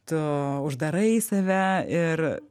tu uždarai save ir